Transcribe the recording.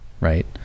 right